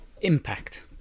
impact